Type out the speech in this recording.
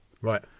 Right